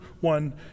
one